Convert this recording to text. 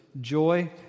joy